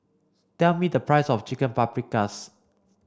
tell me the price of Chicken Paprikas